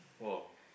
!wow!